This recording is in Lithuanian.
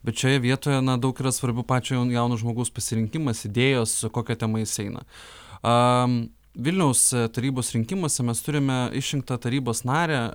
bet šioje vietoje na daug yra svarbu pačio jauno žmogaus pasirinkimas idėjos kokia tema jis ateina vilniaus tarybos rinkimuose mes turime išrinktą tarybos narę